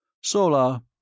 Sola